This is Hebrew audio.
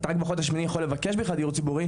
אתה רק בחודש השמיני יכול לבקש בכלל דיור ציבורי,